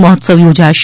મહોત્સવ યોજાશે